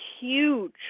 huge